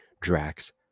Drax